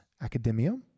academia